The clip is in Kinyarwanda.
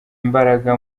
imbaraga